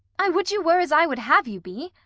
i would you were as i would have you be!